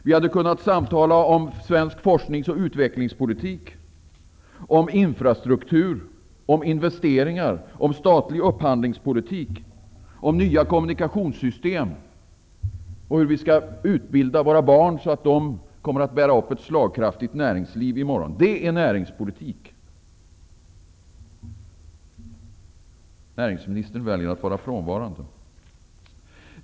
Vi hade kunnat samtala om svensk forsknings och utvecklingspolitik, om infrastruktur, investeringar, statlig upphandlingspolitik, om nya kommunikationssystem och om hur vi skall utbilda våra barn, så att de i morgon kan bära upp ett slagkraftigt näringsliv. Det är näringspolitik. Näringsministern väljer att vara frånvarande.